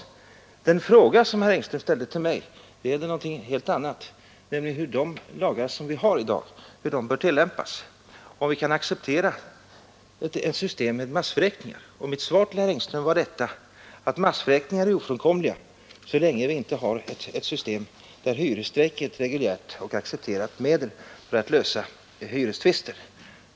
Men den fråga som herr Engström ställde till mig gällde något helt annat, nämligen hur de lagar som vi har i dag bör tillämpas och om vi kan acceptera ett system med massvräkningar. Mitt svar till herr Engström var att massvräkningar är ofrånkomliga, så länge vi inte har ett system, där hyresstrejk är ett reguljärt och accepterat medel för att lösa hyrestvister.